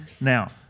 Now